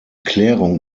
klärung